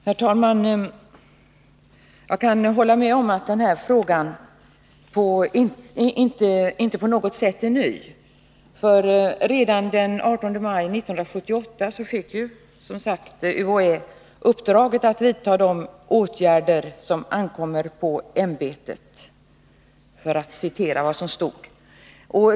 Herr talman! Jag kan hålla med om att den här frågan inte på något sätt är ny. Redan den 18 maj 1978 fick ju UHÄ uppdraget att vidta de åtgärder som ankommer på ämbetet — för att citera vad som stod i direktiven.